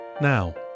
Now